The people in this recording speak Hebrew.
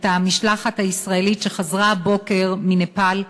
את המשלחת הישראלית שחזרה הבוקר מנפאל,